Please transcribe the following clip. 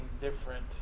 different